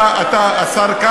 לעשות,